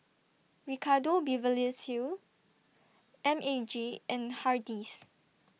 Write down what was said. Ricardo Beverly Hills M A G and Hardy's